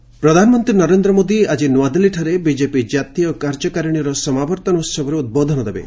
BJP national ପ୍ରଧାନମନ୍ତ୍ରୀ ନରେନ୍ଦ୍ର ମୋଦି ଆଜି ନୂଆଦିଲ୍ଲୀଠାରେ ବିଜେପି ଜାତୀୟ କାର୍ଯ୍ୟକାରିଣୀର ସମାବର୍ତ୍ତନ ଉତ୍ସବରେ ଉଦ୍ବୋଧନ ଦେବେ